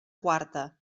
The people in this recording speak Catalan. quarta